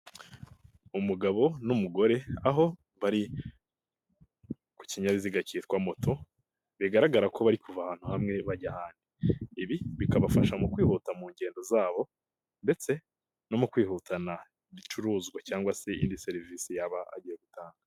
Umugabo n'umugore aho bari ku kinyabiziga cyitwa moto, bigaragara ko bari kuva ahantu hamwe bajya ahandi. Ibi bikabafasha mu kwihuta mu ngendo zabo ndetse no mu kwihutana ibicuruzwa cyangwa se indi serivisi yaba agiye gutanga.